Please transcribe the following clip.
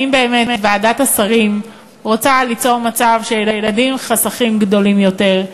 האם באמת ועדת השרים רוצה ליצור מצב של ילדים עם חסכים גדולים יותר?